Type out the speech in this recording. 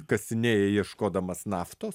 kasinėja ieškodamas naftos